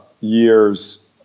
year's